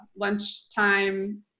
lunchtime